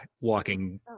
walking